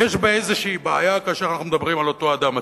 יש בה בעיה קשה כשאנחנו מדברים על אותו אדם עצמו.